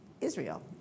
Israel